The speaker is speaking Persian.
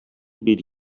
بیل